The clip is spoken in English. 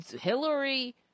Hillary